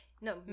No